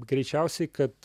greičiausiai kad